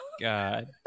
God